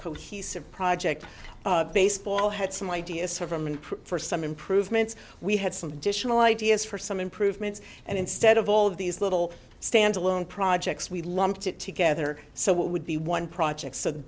cohesive project baseball had some ideas for them and for some improvements we had some additional ideas for some improvements and instead of all of these little standalone projects we lumped it together so what would be one project